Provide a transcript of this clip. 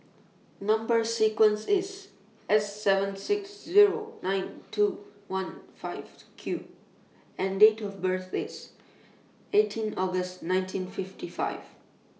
Number sequence IS S seven six Zero nine two one five Q and Date of birth IS eighteen August nineteen fifty five